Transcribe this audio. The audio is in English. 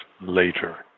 later